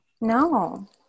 No